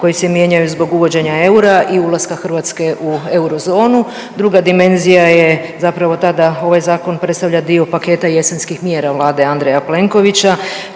koji se mijenjaju zbog uvođenja eura i ulaska Hrvatske u eurozonu. Druga dimenzija je zapravo ta da ovaj zakon predstavlja dio paketa jesenskih mjera Vlade Andreja Plenkovića